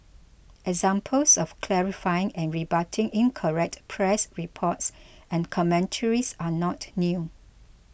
examples of clarifying and rebutting incorrect press reports and commentaries are not new